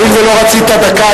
הואיל ולא רצית דקה,